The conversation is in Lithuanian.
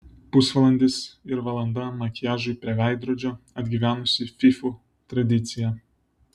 pusvalandis ir valanda makiažui prie veidrodžio atgyvenusi fyfų tradicija